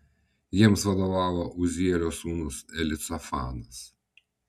jiems vadovavo uzielio sūnus elicafanas